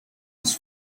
its